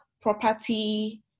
property